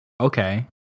okay